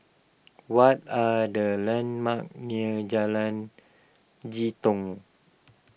what are the landmarks near Jalan Jitong